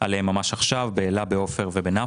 חס ושלום,